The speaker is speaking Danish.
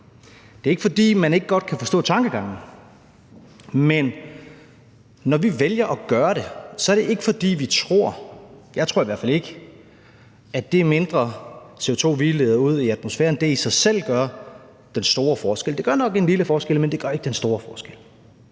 Det er ikke, fordi man ikke godt kan forstå tankegangen, men når vi vælger at gøre det, er det ikke, fordi vi tror – jeg tror det i hvert fald ikke – at det mindre CO2, vi leder ud i atmosfæren, i sig selv gør den store forskel. Det gør nok en lille forskel, men det gør ikke den store forskel.